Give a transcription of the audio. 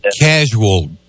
casual